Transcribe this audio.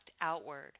outward